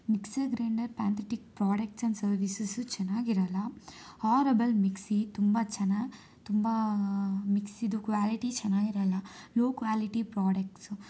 mixer grinder pathetic products and services ಚೆನ್ನಾಗಿರಲ್ಲ horrible mixie ತುಂಬ ಚೆನ್ನ ತುಂಬ ಮಿಕ್ಸಿದು ಕ್ವ್ಯಾಲಿಟಿ ಚೆನ್ನಾಗಿರಲ್ಲ ಲೊ ಕ್ವ್ಯಾಲಿಟಿ ಪ್ರಾಡಕ್ಟ್ಸು